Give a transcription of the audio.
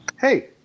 hey